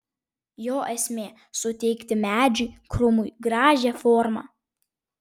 jo esmė suteikti medžiui krūmui gražią formą